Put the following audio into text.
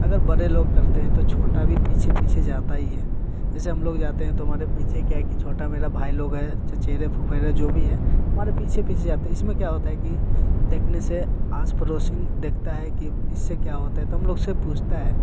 अगर बड़े लोग करते हैं तो छोटा भी पीछे पीछे जाता ही है जैसे हम लोग जाते हैं तो हमारे पीछे क्या है कि छोटे छोटा मेरा भाई लोग हैं चेचर फुफेरे जो भी है हमारे पीछे पीछे जाते हैं इसमें क्या होता है कि देखने से आज पड़ोस देखता है कि इससे क्या होता है तो हम लोग से पूछता है